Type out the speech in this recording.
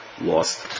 lost